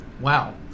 Wow